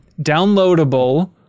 downloadable